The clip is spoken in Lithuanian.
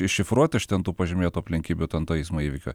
iššifruot iš ten tų pažymėtų aplinkybių ten to eismo įvykio